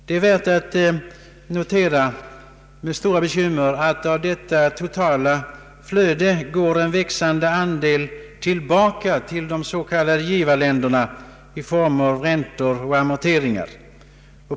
Det är värt att notera med stort bekymmer att av detta totala flöde går en växande andel tillbaka till de s.k. givarländerna i form av räntor och amorteringar.